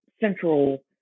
central